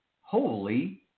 holy